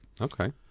Okay